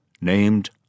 named